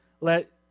let